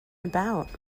about